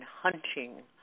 hunting